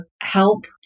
help